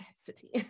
city